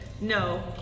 no